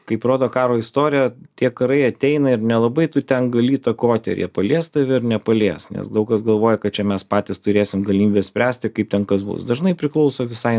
kaip rodo karo istorija tie karai ateina ir nelabai tu ten gali įtakoti ar jie palies tave ar nepalies nes daug kas galvoja kad čia mes patys turėsim galimybę spręsti kaip ten kas bus dažnai priklauso visai